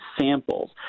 samples